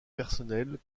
personnelle